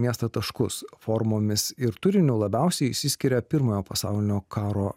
miestą taškus formomis ir turiniu labiausiai išsiskiria pirmojo pasaulinio karo